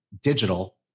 digital